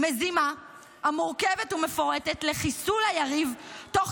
מזימה מורכבת ומפורטת לחיסול היריב תוך